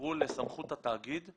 הועברו לסמכות התאגיד.